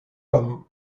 comme